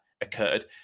occurred